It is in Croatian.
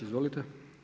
Izvolite.